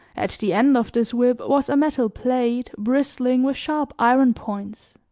at the end of this whip was a metal plate bristling with sharp iron points